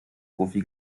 profi